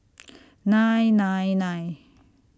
nine nine nine